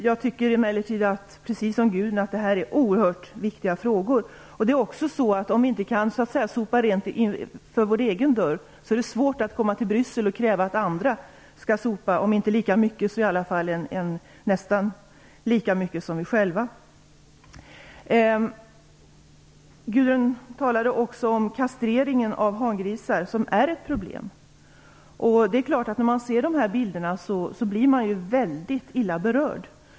Jag tycker emellertid, precis som Gudrun Lindvall, att detta är oerhört viktiga frågor. Om vi inte kan sopa rent framför vår egen dörr är det svårt att komma till Bryssel och kräva att andra skall göra det. Gudrun Lindvall talade också om kastreringen av hangrisar. Det är ett problem. När man ser dessa bilder blir man självfallet illa berörd.